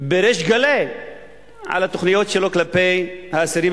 בריש גלי על התוכניות שלו כלפי האסירים